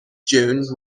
june